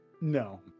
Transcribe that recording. no